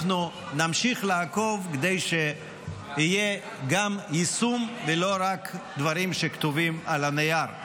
אנחנו נמשיך לעקוב כדי שיהיה גם יישום ולא רק דברים שכתובים על הנייר,